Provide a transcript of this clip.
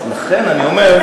אז לכן אני אומר,